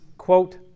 quote